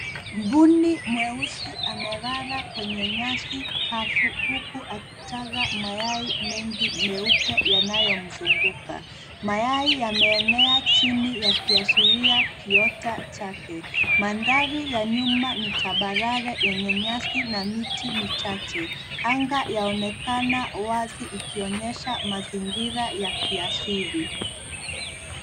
Mbuni mweusi amelala Kwenye nyasi kavu huku akitaga mayai mengi meupe yanayo mzunguka. Mayai yameenea chini yakiashiria kiota chake. Mandhari ya nyuma ni tambarare yenye nyasi na miti michache. Anga yaonekana wazi ikionyesha mazingira ya kiasili.